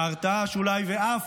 בהרתעה, שאולי אף